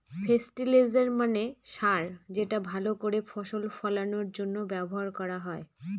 ফেস্টিলিজের মানে সার যেটা ভাল করে ফসল ফলানোর জন্য ব্যবহার করা হয়